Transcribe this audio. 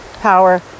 power